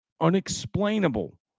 unexplainable